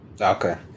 Okay